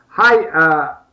Hi